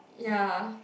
ya